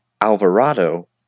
Alvarado